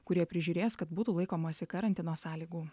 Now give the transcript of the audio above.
kurie prižiūrės kad būtų laikomasi karantino sąlygų